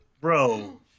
Bro